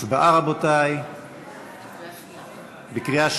סעיף 1